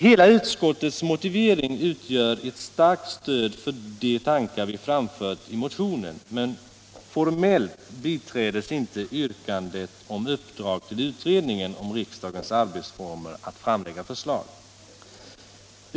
Hela utskottets motivering utgör ett starkt stöd för de tankar vi framfört i motionen, men formellt biträds inte yrkandet om uppdrag till utredningen om riksdagens arbetsformer att framlägga förslag.